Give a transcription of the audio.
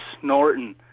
snorting